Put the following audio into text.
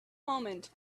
moment